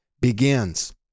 begins